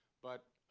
but